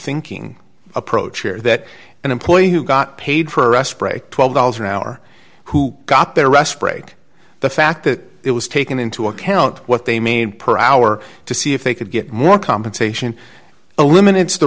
thinking approach here that an employee who got paid for a spray twelve dollars an hour who got their rest break the fact that it was taken into account what they made per hour to see if they could get more compensation eliminates the